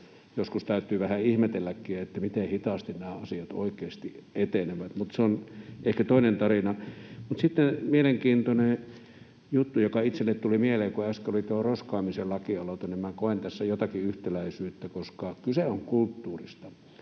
joskus täytyy vähän ihmetelläkin, miten hitaasti nämä asiat oikeasti etenevät. Mutta se on ehkä toinen tarina. Sitten mielenkiintoinen juttu, joka itselleni tuli mieleen, kun äsken oli tuo roskaamisen lakialoite: minä koen tässä jotakin yhtäläisyyttä, koska kyse on kulttuurista,